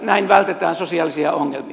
näin vältetään sosiaalisia ongelmia